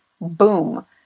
boom